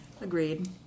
Agreed